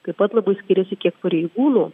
taip pat labai skiriasi kiek pareigūnų